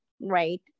right